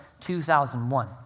2001